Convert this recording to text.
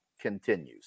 continues